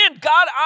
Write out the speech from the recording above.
God